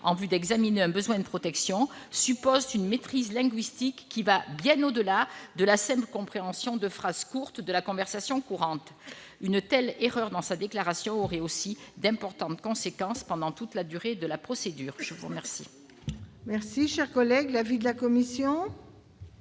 en vue d'examiner un besoin de protection supposent une maîtrise linguistique qui va bien au-delà de la simple compréhension de phrases courtes de la conversation courante. Une erreur dans la déclaration aurait aussi d'importantes conséquences pendant toute la durée de la procédure. Quel est l'avis de la commission ?